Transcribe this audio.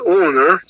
owner